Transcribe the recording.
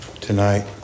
tonight